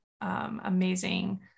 amazing